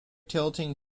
tilting